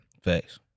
Thanks